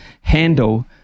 handle